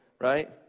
Right